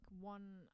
one